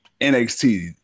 NXT